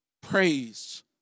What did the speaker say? praise